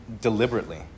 Deliberately